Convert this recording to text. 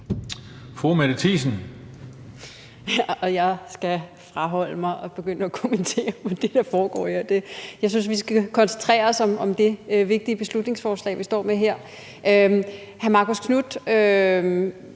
Mette Thiesen (NB): Jeg skal afholde mig fra at begynde at kommentere det, der foregår her. Jeg synes, vi skal koncentrere os om det vigtige beslutningsforslag, vi står med her. Hr. Marcus Knuth